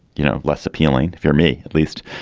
you know, less appealing for me at least.